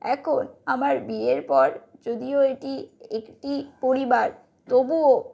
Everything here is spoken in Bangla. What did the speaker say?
এখন আমার বিয়ের পর যদিও এটি একটি পরিবার তবুও